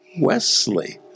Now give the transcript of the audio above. Wesley